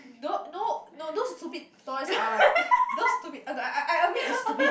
no no no those stupid toys are like those stupid okay I I I admit is stupid